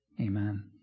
amen